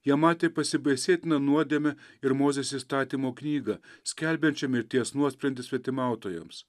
jie matė pasibaisėtiną nuodėmę ir mozės įstatymo knygą skelbiančią mirties nuosprendį svetimautojoms